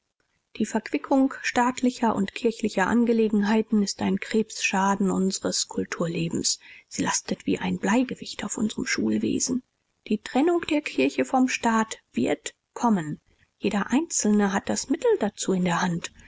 die verquickung staatlicher und kirchlicher angelegenheiten ist ein krebsschaden unseres kulturlebens sie lastet wie ein bleigewicht auf unserem schulwesen die trennung der kirche vom staat wird kommen jeder einzelne hat das mittel dazu in der hand